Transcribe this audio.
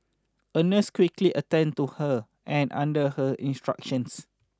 a nurse quickly attended to her and under her instructions